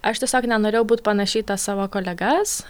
aš tiesiog nenorėjau būti panaši į tas savo kolegas